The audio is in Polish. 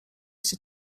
się